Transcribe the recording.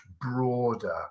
broader